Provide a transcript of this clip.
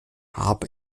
habe